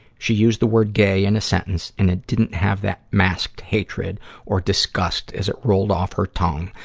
she used the word gay in a sentence, and it didn't have that masked hatred or disgust as it rolled off her tongue,